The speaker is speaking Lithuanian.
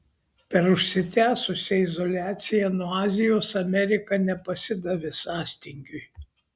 per užsitęsusią izoliaciją nuo azijos amerika nepasidavė sąstingiui